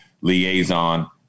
liaison